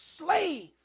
slave